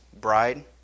bride